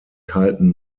kalten